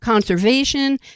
conservation